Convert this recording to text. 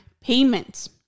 payments